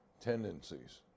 tendencies